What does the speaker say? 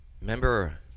Remember